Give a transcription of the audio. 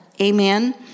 amen